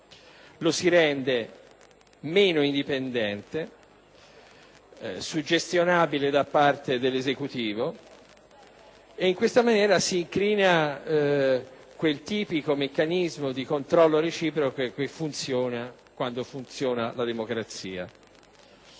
lo si rende meno indipendente, suggestionabile da parte dell'Esecutivo ed in questa maniera si incrina quel tipico meccanismo di controllo reciproco che funziona quando funziona la democrazia.